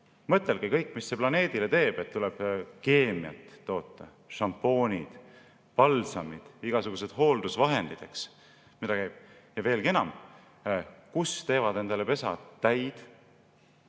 Mõtelge kõik, mis see planeedile teeb! Tuleb keemiat toota: šampoonid, palsamid, igasugused hooldusvahendid. Ja veelgi enam: kus teevad endale pesa täid?